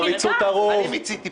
עם עריצות הרוב,